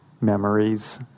memories